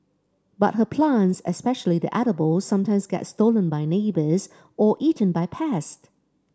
but her plants especially the edibles sometimes get stolen by neighbours or eaten by pests